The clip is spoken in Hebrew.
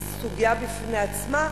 שזו סוגיה בפני עצמה,